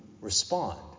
respond